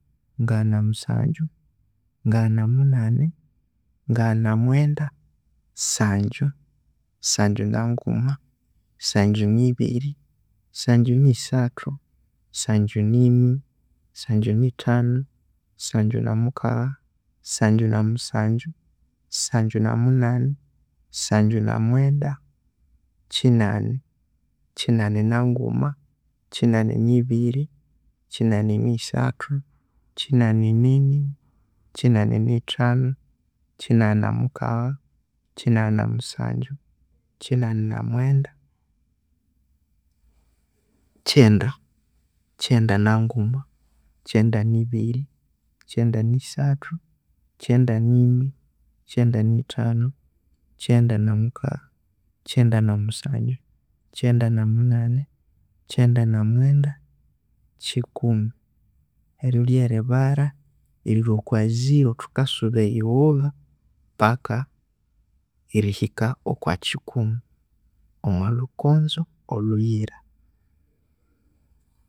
Ngagha na musangyu, ngagha na munani, ngagha na mwenda, sangyu, sangyu na nguma, sangyu ni biri, sangyu nini, sangyuni thanu, sangyu na mukagha, sangyu na musangyu, sangyu na munani, sangyu na mwenda, kyinani, kyinani na nguma, kyinani ni biri, kyinani ni sathu, kyinani nini, kyinani ni thanu, kyinani na mukagha, kyinani na musangyu, kyinani na munani, kyinani na mwenda, kyenda, kyenda na nguma, kyanda ni biri, kyenda ni sathu, kyenda nini, kyenda ni thanu, kyenda na mukagha, kyenda na musangyu, kyenda na munani, kyenda na mwenda, kyikumi eryo ryeribare erilhwa okwa zero thukasuba eyighuba paka erihika okwa kikumi omwa lhukonzo olhuyira.